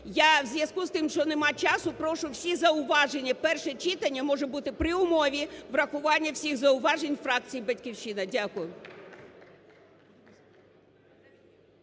Я, у зв'язку з тим, що нема часу, прошу всі зауваження, перше читання може бути при умові врахування всіх зауважень фракції "Батьківщина". Дякую.